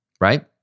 right